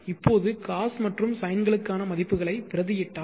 இப்போது காஸ் மற்றும் சைன்களுக்கான மதிப்புகளை பிரதி இட்டால்